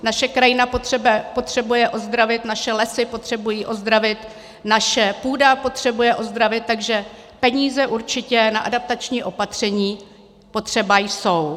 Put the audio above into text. Naše krajina potřebuje ozdravit, naše lesy potřebují ozdravit, naše půda potřebuje ozdravit, takže peníze určitě na adaptační opatření potřeba jsou.